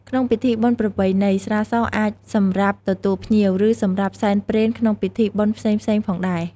ក្នុងពិធីបុណ្យប្រពៃណី ស្រាសអាចសម្រាប់ទទួលភ្ញៀវ ឬសម្រាប់សែនព្រេនក្នុងពិធីបុណ្យផ្សេងៗផងដែរ។